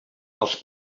els